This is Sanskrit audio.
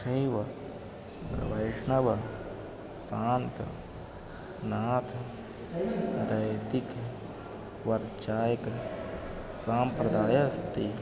शैवः वैष्णवः शाक्तः नाथः दैदिक् वर्चायिकः सम्प्रदायः अस्ति